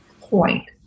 point